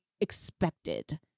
expected